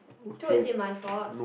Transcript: so is it my fault